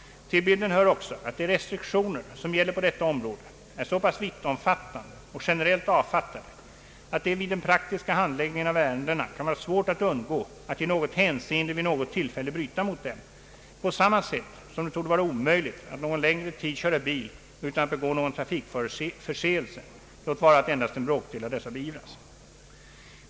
Till bilden hör också att de restriktioner som gäller på detta område är så pass vittomfattande och generellt avfatiade att det vid den praktiska handläggningen av ärendena kan vara svårt att undgå att i något hänseende vid något tillfälle bryta moi dem — på samma säll som det torde vara omöjligt att någon längre tid köra bil utan att begå någon trafikförseelse, låt vara att endast en bråkdel av dessa beivras.